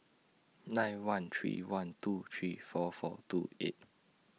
nine one three one two three four four two eight